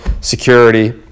security